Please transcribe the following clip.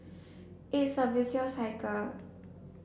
it is a cycle